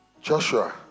Joshua